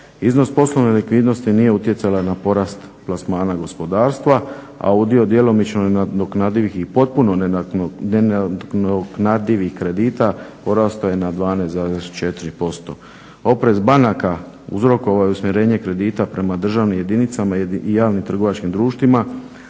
Iznos poslovne likvidnosti nije utjecala na porast plasmana gospodarstva, a udio djelomično nadoknadivih i potpuno nenadoknadivih kredita porastao je na 12,4%. Oprez banaka uzrokovalo je usmjerenje kredita prema državnim jedinicama i javnim trgovačkim društvima,